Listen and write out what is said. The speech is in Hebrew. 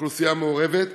אוכלוסייה מעורבת.